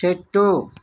చెట్టు